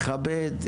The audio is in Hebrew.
לכבד,